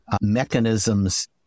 mechanisms